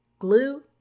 glue